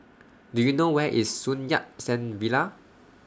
Do YOU know Where IS Sun Yat Sen Villa